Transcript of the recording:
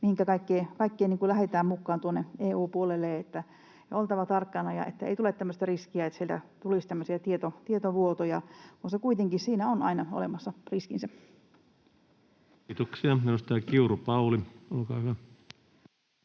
mihinkä kaikkeen lähdetään mukaan tuonne EU-puolelle. On oltava tarkkana, että ei tule tämmöistä riskiä, että sieltä tulisi tämmöisiä tietovuotoja. Minusta kuitenkin siinä on aina olemassa riskinsä. Kiitoksia. — Edustaja Kiuru, Pauli, olkaa hyvä.